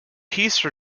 peace